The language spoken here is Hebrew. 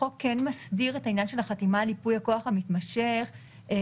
החוק כן מסדיר את העניין של החתימה על ייפוי הכוח המתמשך כך